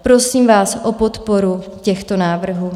Prosím vás o podporu těchto návrhů.